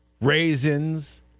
raisins